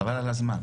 חבל על הזמן.